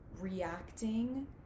reacting